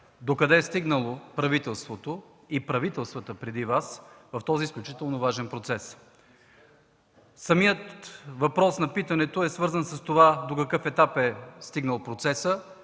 докъде е стигнало правителството, и правителствата преди Вас, в този изключително важен процес. Самият въпрос на питането е свързан с това: до какъв етап е стигнал процесът,